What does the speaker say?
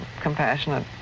compassionate